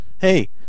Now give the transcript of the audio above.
hey